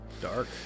Dark